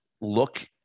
look